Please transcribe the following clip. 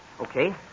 okay